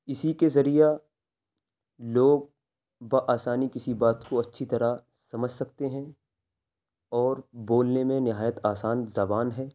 اسی کے ذریعہ لوگ بآسانی کسی بات کو اچھی طرح سمجھ سکتے ہیں اور بولنے میں نہایت آسان زبان ہے